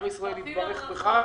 עם ישראל התברך בך,